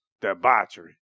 debauchery